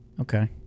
Okay